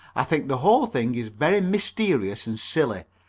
i think the whole thing is very mysterious and silly,